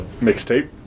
Mixtape